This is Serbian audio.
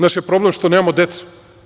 Naš je problem što nemamo decu.